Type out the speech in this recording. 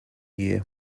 year